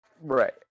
right